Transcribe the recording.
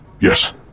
Yes